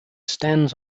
stands